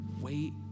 wait